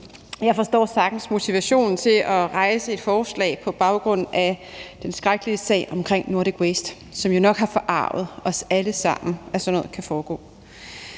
Jeg forstår sagtens motivationen til at fremsætte et forslag på baggrund af den skrækkelige sag om Nordic Waste. Det har jo nok forarget os alle sammen, at sådan noget kan foregå.